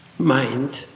mind